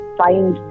find